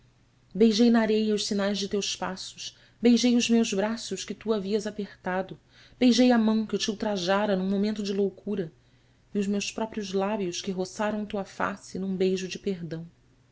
beijei na areia os sinais de teus passos beijei os meus braços que tu havias apertado beijei a mão que te ultrajara num momento de loucura e os meus próprios lábios que roçaram tua face num beijo de perdão